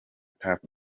tuff